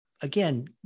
again